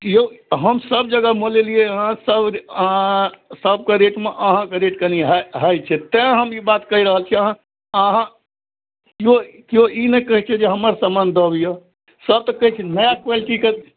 यौ हम सब जगह मोलेलिए हँ सब सबके रेटमे अहाँके रेट कनि हाइ हाइ छै तेँ हम ई बात कहि रहल छी अहाँ अहाँ केओ केओ ई नहि कहै छै जे हमर समान दब अइ सब तऽ कहै छै नया क्वालिटीके